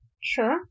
Sure